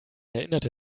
erinnerte